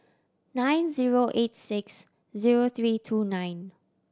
nine zero eight six zero three two nine